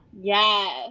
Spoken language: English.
Yes